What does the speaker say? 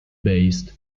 based